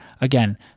Again